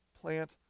plant